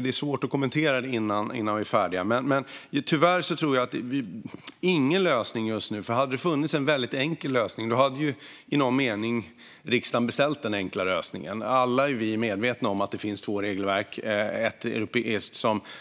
Det är svårt att kommentera det innan vi är färdiga. Tyvärr tror jag att det inte finns någon lösning just nu. Hade det funnits en enkel lösning hade i någon mening riksdagen beställt den enkla lösningen. Vi är alla medvetna om att det finns två regelverk. Det finns ett europeiskt